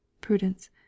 PRUDENCE